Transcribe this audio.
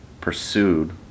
pursued